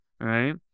Right